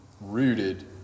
rooted